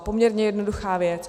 Poměrně jednoduchá věc.